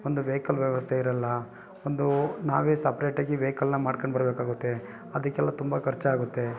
ಒಂದು ವೆಯ್ಕಲ್ ವ್ಯವಸ್ಥೆ ಇರಲ್ಲ ಒಂದು ನಾವೇ ಸಪ್ರೆಟಾಗಿ ವೆಯ್ಕಲನ್ನ ಮಾಡ್ಕಂಡು ಬರಬೇಕಾಗತ್ತೆ ಅದಕ್ಕೆಲ್ಲ ತುಂಬ ಖರ್ಚಾಗುತ್ತೆ